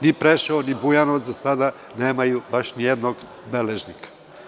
Ni Preševo ni Bujanovac za sada nemaju baš nijednog beležnika.